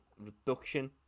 reduction